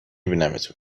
بینمتون